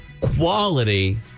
quality